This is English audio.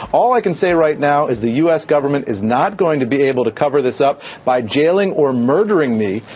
all i can say right now is the us government is not going to be able to cover this up by jailing or murdering me.